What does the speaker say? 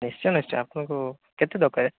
ନିଶ୍ଚୟ ନିଶ୍ଚୟ ଆପଣଙ୍କୁ କେତେ ଦରକାର